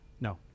No